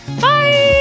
bye